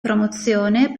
promozione